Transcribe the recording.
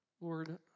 Lord